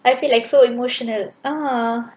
I feel like so emotional ah